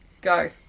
go